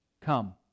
come